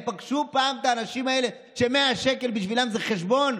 הם פגשו פעם את האנשים האלה ש-100 שקל בשבילם זה חשבון?